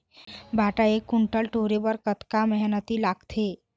भांटा एक कुन्टल टोरे बर कतका मेहनती लागथे?